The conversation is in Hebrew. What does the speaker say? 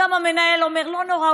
גם המנהל אומר: לא נורא,